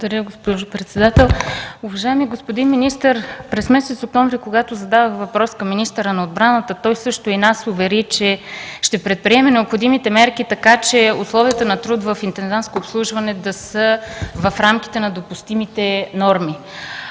Благодаря, госпожо председател. Уважаеми господин министър, през месец октомври, когато зададох въпрос към министъра на отбраната, той също ни увери, че ще предприеме необходимите мерки, така че условията на труд в „Интендантско обслужване” да са в рамките на допустимите норми.